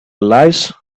lies